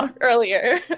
earlier